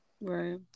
Right